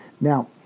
Now